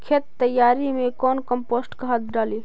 खेत तैयारी मे कौन कम्पोस्ट खाद डाली?